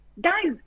guys